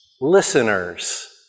listeners